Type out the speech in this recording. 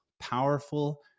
powerful